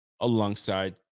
alongside